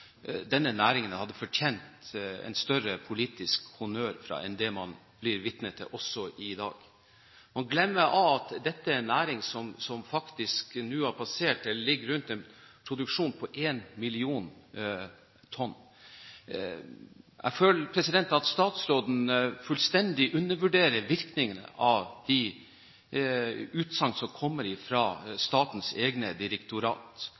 Denne næringen hadde fortjent en større politisk honnør enn det man er vitne til også i dag. Man glemmer at dette er en næring som har en produksjon på rundt 1 mill. tonn. Jeg føler at statsråden fullstendig undervurderer virkningene av de utsagn som kommer fra statens egne direktorat,